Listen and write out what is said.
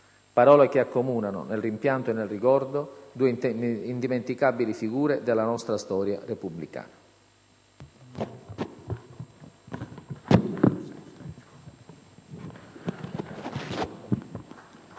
Parole che accomunano, nel rimpianto e nel ricordo, due indimenticabili figure della nostra storia repubblicana.